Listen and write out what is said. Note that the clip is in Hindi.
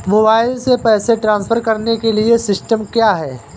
मोबाइल से पैसे ट्रांसफर करने के लिए सिस्टम क्या है?